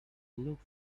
look